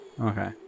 Okay